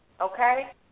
okay